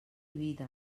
vida